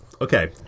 Okay